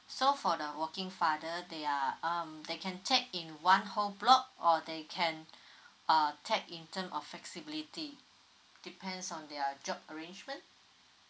so for the working father they are um they can take in one whole block or they can uh take in term of flexibility depends on their job arrangement